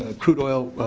ah crude oil